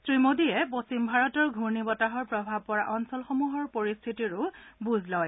শ্ৰীমোদীয়ে পশ্চিম ভাৰতৰ ঘূৰ্ণি বতাহৰ প্ৰভাৱ পৰা অঞ্চলসমূহৰো পৰিস্থিতিৰ বুজ লয়